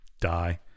die